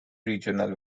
regional